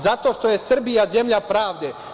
Zato što je Srbija zemlja pravde.